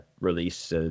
release